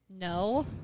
No